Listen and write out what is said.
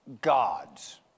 gods